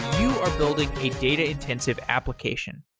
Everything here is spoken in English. you are building a data-intensive application.